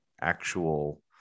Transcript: actual